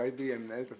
טייבי היא מנהלת הסיעה.